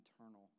eternal